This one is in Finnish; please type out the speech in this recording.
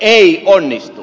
ei onnistu